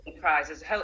prizes